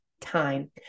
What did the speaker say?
time